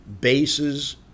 bases